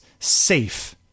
Safe